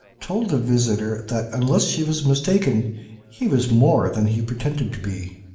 told the visitor that unless she was mistaken he was more than he pretended to be.